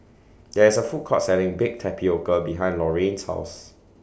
There IS A Food Court Selling Baked Tapioca behind Lorrayne's House